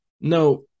no